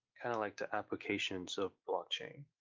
kind of like the applications of blockchain,